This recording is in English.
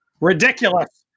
Ridiculous